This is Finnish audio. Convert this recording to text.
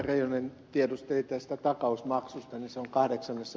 reijonen tiedusteli tästä takausmaksusta